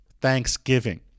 Thanksgiving